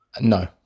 No